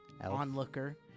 onlooker